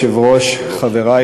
שלוש דקות.